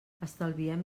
estalviem